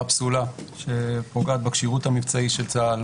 פסולה שפוגעת בכשירות המבצעית של צה"ל,